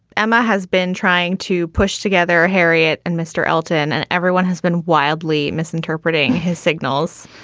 emma has been trying to push together harriet and mr elton, and everyone has been wildly misinterpreting his signals.